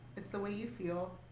it's the way you feel,